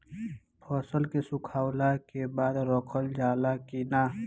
फसल के सुखावला के बाद रखल जाला कि न?